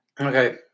Okay